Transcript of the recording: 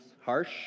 Harsh